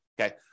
Okay